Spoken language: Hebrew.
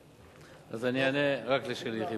אז אני אענה רק לשלי יחימוביץ.